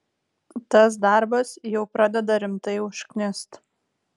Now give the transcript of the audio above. tas darbas jau pradeda rimtai užknist